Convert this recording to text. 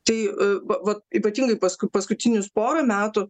tai va vat ypatingai pas paskutinius porą metų